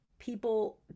People